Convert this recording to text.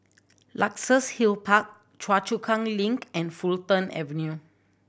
Luxus Hill Park Choa Chu Kang Link and Fulton Avenue